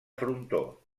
frontó